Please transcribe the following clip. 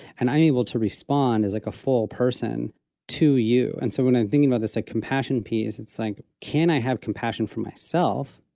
and i'm able to respond as like a full person to you. and so when i'm thinking about this like compassion piece, it's like, can i have compassion for myself,